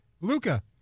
Luca